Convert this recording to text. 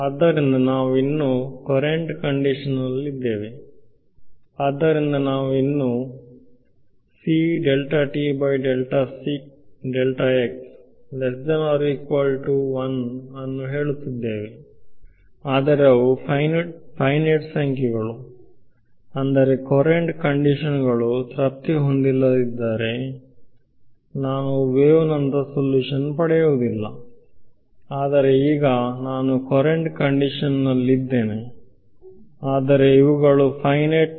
ಆದ್ದರಿಂದ ನಾವು ಇನ್ನೂ ಕೊರಂಟ್ ಕಂಡೀಶನ್ ನಲ್ಲಿದ್ದೇವೆ ಆದ್ದರಿಂದ ನಾವು ಇನ್ನೂ ನ್ನು ಹೇಳುತ್ತಿದ್ದೇವೆ ಆದರೆ ಅವು ಫೈನೈಟ್ ಸಂಖ್ಯೆಗಳು ಅಂದರೆ ಕೊರಂಟ್ ಕಂಡೀಶನ್ ಗಳು ತೃಪ್ತಿ ಹೊಂದಿಲ್ಲದಿದ್ದರೆ ನಾನು ವೇವ್ ನಂತಹ ಸಲ್ಯೂಷನ್ ಪಡೆಯುವುದಿಲ್ಲ ಆದರೆ ಈಗ ನಾನು ಕೊರಂಟ್ ಕಂಡೀಶನ್ ನಲ್ಲಿದ್ದೇನೆ ಆದರೆ ಇವುಗಳು ಫೈನೈಟ್